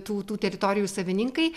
tautų teritorijų savininkai